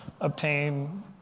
obtain